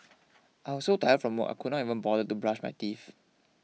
I was so tired from work I could not even bother to brush my teeth